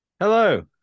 hello